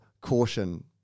caution